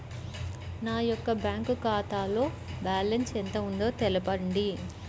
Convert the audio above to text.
నా యొక్క బ్యాంక్ ఖాతాలో బ్యాలెన్స్ ఎంత ఉందో తెలపండి?